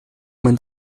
man